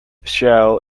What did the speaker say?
shell